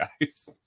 guys